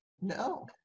No